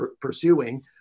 pursuing